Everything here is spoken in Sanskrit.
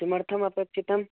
किमर्थम् अपेक्षितम्